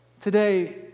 Today